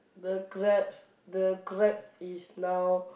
the Grabs the Grab is now